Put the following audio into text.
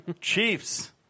Chiefs